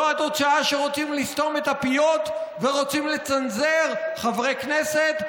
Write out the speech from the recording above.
זו התוצאה כשרוצים לסתום את הפיות ורוצים לצנזר חברי כנסת,